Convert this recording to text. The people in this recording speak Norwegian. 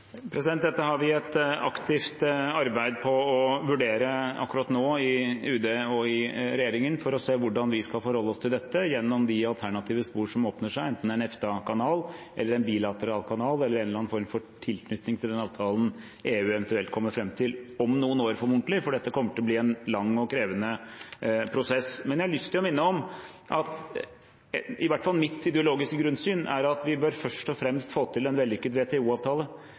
et aktivt arbeid akkurat nå i Utenriksdepartementet og i regjeringen med å vurdere hvordan vi skal forholde oss til dette gjennom de alternative spor som åpner seg, enten det er en EFTA-kanal, en bilateral kanal eller en eller annen form for tilknytning til den avtalen EU eventuelt kommer fram til – om noen år, formodentlig – for dette kommer til å bli en lang og krevende prosess. Men jeg har lyst til å minne om – det er i hvert fall mitt ideologiske grunnsyn – at vi først og fremst bør få til en vellykket